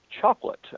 chocolate